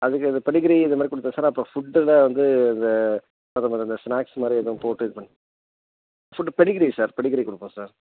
அதுக்கு அது பெடிகிரி இந்த மாதிரி கொடுத்தேன் சார் அப்புறோம் ஃபுட்டில் வந்து இந்த ஸ்நாக்ஸ் மாதிரி எதுவும் போட்டு இது பண் ஃபுட்டு பெடிகிரி சார் பெடிகிரி கொடுப்போம் சார்